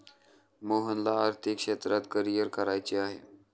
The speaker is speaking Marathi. मोहनला आर्थिक क्षेत्रात करिअर करायचे आहे